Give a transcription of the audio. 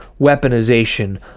weaponization